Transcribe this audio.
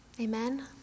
Amen